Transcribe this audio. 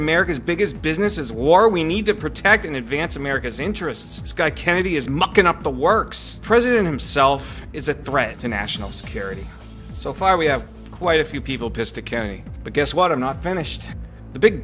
america's biggest business is war we need to protect and advance america's interests guy kennedy is mucking up the works president himself is a threat to national security so far we have quite a few people pissed at county but guess what i'm not finished the big